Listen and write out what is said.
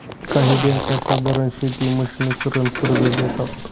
काही बँका साधारण शेती मशिनीकरन कर्ज देतात